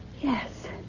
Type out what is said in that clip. Yes